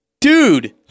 Dude